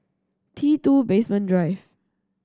T Two Basement Drive